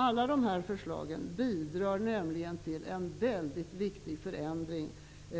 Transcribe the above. Alla de här förslagen bidrar till en mycket viktig förändring,